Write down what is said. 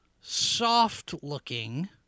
soft-looking